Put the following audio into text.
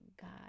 God